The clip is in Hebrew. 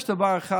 יש דבר אחד,